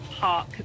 Park